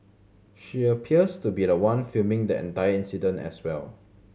she appears to be the one filming the entire incident as well